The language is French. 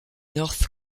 north